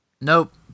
Nope